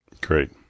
Great